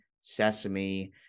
Sesame